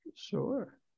sure